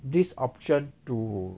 this option to